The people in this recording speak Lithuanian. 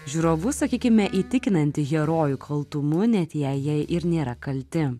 žiūrovus sakykime įtikinanti herojų kaltumu net jei jie ir nėra kalti